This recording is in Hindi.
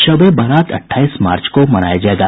शब ए बारात अट्ठाईस मार्च को मनाया जायेगा